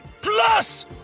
Plus